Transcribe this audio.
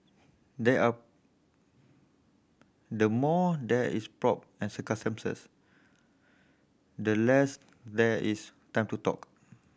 there are the more there is pomp and circumstance the less there is time to talk